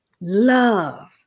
Love